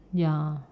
ya